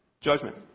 judgment